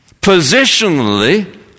Positionally